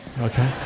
okay